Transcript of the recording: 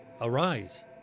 arise